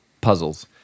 puzzles